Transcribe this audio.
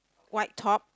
white top